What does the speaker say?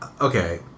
okay